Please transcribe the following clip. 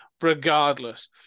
Regardless